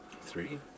three